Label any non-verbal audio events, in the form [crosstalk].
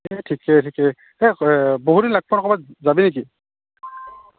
এই ঠিকে ঠিকে এই বহুদিন [unintelligible] ক'ৰবাত যাবি নেকি